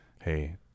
Hey